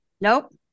Nope